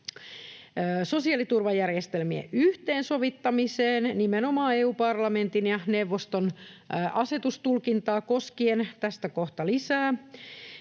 sosiaaliturvajärjestelmien yhteensovittamiseen, nimenomaan EU-parlamentin ja neuvoston asetustulkintaa koskien — tästä kohta lisää.